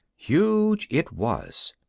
huge it was,